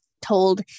told